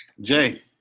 Jay